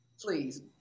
Please